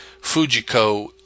Fujiko